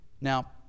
Now